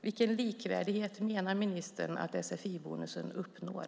Vilken likvärdighet menar ministern att sfi-bonusen uppnår?